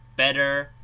better,